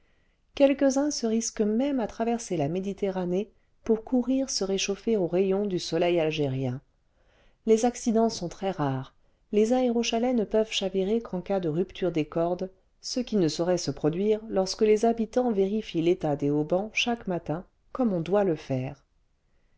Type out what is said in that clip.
quelques-uns se risquent même à traverser la méditerranée pour courir se réchauffer aux rayons du soleil algérien les accidents sont très rares les aérochalets ne peuvent chavirer qu'en cas de rupture des cordes ce qui ne saurait se produire lorsque les habitants vérifient l'état des haubans chaque matin comme on doit le faire